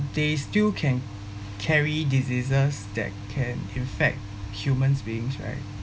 they still can carry diseases that can infect humans beings right